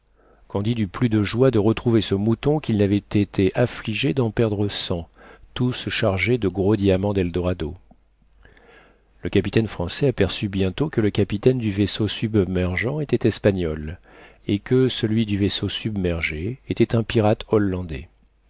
candide eut plus de joie de retrouver ce mouton qu'il n'avait été affligé d'en perdre cent tous chargés de gros diamants d'eldorado le capitaine français aperçut bientôt que le capitaine du vaisseau submergeant était espagnol et que celui du vaisseau submergé était un pirate hollandais